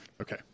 okay